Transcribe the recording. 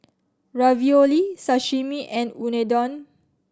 Ravioli Sashimi and Unadon